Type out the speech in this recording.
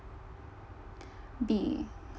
be